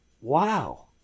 Wow